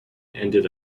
ended